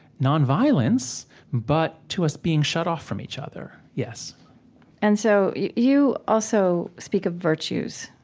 non-violence but to us being shut off from each other, yes and so you you also speak of virtues,